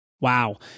Wow